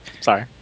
Sorry